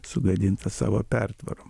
sugadintas savo pertvarom